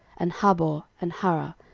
and habor, and hara,